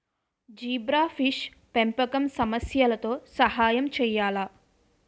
Zebrafish పెంపకం సమస్యలతో సహాయం చేయాలా?